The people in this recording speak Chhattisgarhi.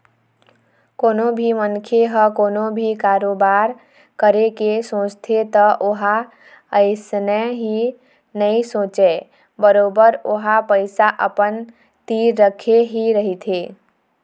कोनो भी मनखे ह कोनो भी कारोबार करे के सोचथे त ओहा अइसने ही नइ सोचय बरोबर ओहा पइसा अपन तीर रखे ही रहिथे